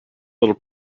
little